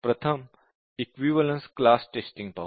प्रथम equivalence class testing पाहू